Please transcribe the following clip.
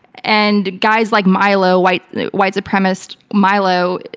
and guys like milo, white white supremacist milo,